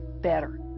Better